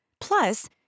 Plus